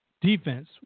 Defense